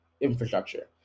infrastructure